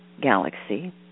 galaxy